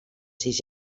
sis